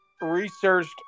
researched